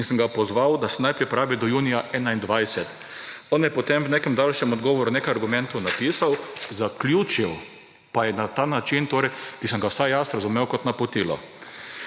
In sem ga pozval, da naj se pripravi do junija 2021. On je potem v nekem daljšem odgovoru nekaj argumentov napisal, zaključil pa je na način, ki sem ga vsaj jaz razumel kot napotilo.